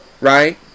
right